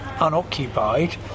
unoccupied